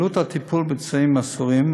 עלות הטיפול בפצועים הסורים,